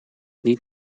niet